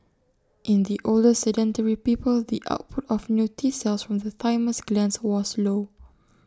in the older sedentary people the output of new T cells from the thymus glands was low